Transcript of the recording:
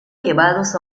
llevados